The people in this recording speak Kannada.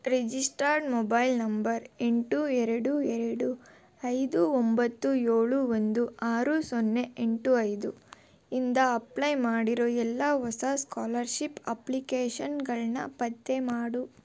ರಿಜಿಸ್ಟರ್ಡ್ ಮೊಬೈಲ್ ನಂಬರ್ ಎಂಟು ಎರಡು ಎರಡು ಐದು ಒಂಬತ್ತು ಏಳು ಒಂದು ಆರು ಸೊನ್ನೆ ಎಂಟು ಐದು ಇಂದ ಅಪ್ಲೈ ಮಾಡಿರೋ ಎಲ್ಲ ಹೊಸ ಸ್ಕಾಲರ್ಷಿಪ್ ಅಪ್ಲಿಕೇಷನ್ಗಳನ್ನು ಪತ್ತೆ ಮಾಡು